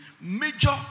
Major